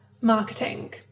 marketing